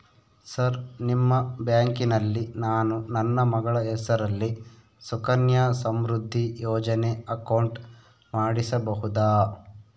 Sir ನಿಮ್ಮ ಬ್ಯಾಂಕಿನಲ್ಲಿ ನಾನು ನನ್ನ ಮಗಳ ಹೆಸರಲ್ಲಿ ಸುಕನ್ಯಾ ಸಮೃದ್ಧಿ ಯೋಜನೆ ಅಕೌಂಟ್ ಮಾಡಿಸಬಹುದಾ?